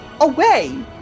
away